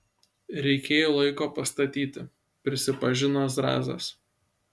reikėjo laiko pastatyti prisipažino zrazas